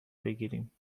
بگیریم